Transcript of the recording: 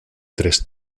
tres